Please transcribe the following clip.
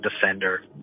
Defender